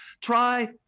Try